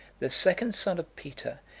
the second son of peter,